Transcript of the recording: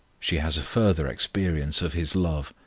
she has a further experience of his love.